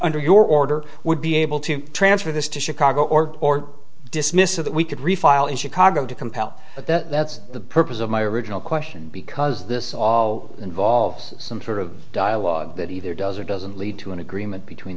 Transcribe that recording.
under your order would be able to transfer this to chicago or or dismissive that we could refile in chicago to compel but that's the purpose of my original question because this all involves some sort of dialogue that either does or doesn't lead to an agreement between